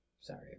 Sorry